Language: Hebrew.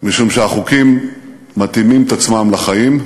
משום שהחוקים מתאימים את עצמם לחיים.